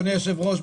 אדוני היושב-ראש,